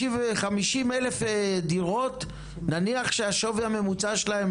50,000 דירות נניח שהשווי הממוצע שלהן